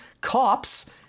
cops